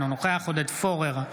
אינו נוכח עודד פורר,